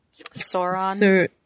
Sauron